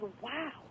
wow